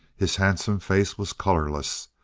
his handsome face was colorless,